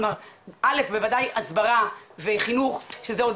א' בוודאי הסברה וחינוך, שזה עוד